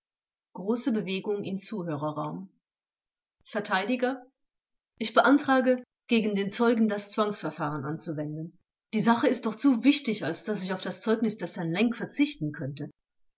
zuhörerraum vert ich beantrage gegen den zeugen das zwangsverfahren anzuwenden die sache ist doch zu wichtig als daß ich auf das zeugnis des herrn lenk verzichten könnte